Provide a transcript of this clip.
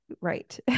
right